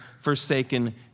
forsaken